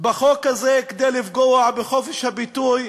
בחוק כדי לפגוע בחופש הביטוי,